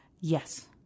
Yes